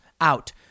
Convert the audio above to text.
out